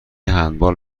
هندبال